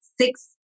six